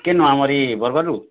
କେନୁ ଆମର୍ ଇ ବରଗଡ଼୍ରୁ